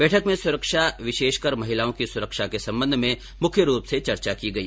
बैठक में सुरक्षा विशेषकर महिलाओं की सुरक्षा के संबंध में मुख्य रूप से चर्चा की गई